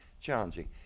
challenging